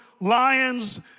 lions